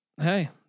Hey